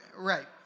Right